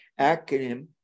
acronym